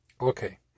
Okay